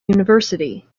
university